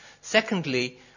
Secondly